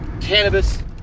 cannabis